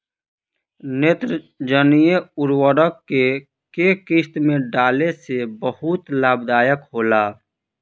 नेत्रजनीय उर्वरक के केय किस्त में डाले से बहुत लाभदायक होला?